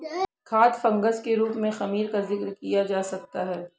खाद्य फंगस के रूप में खमीर का जिक्र किया जा सकता है